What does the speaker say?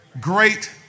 Great